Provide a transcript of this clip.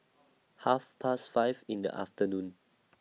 Half Past five in The afternoon